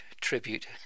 Tribute